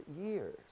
years